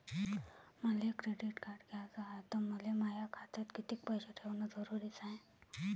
मले credit card घ्याचं हाय, त मले माया खात्यात कितीक पैसे ठेवणं जरुरीच हाय?